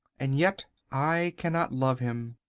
and yet i cannot love him.